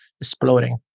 exploding